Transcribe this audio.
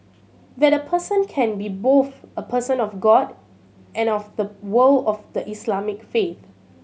that a person can be both a person of God and of the world of the Islamic faith